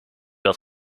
had